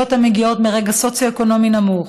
המגיעות מרקע סוציו-אקונומי נמוך,